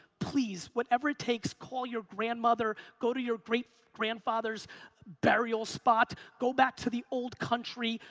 please, whatever it takes, call your grandmother, go to your great grandfather's burial spot, go back to the old country.